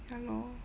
ya lor